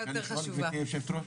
גברתי היושבת ראש,